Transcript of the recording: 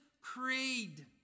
creed